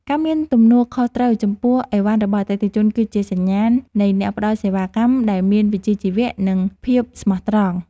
ការមានទំនួលខុសត្រូវចំពោះឥវ៉ាន់របស់អតិថិជនគឺជាសញ្ញាណនៃអ្នកផ្តល់សេវាកម្មដែលមានវិជ្ជាជីវៈ និងភាពស្មោះត្រង់។